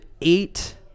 eight